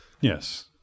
Yes